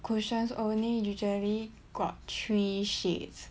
cushions only usually got three shades